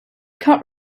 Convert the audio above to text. cut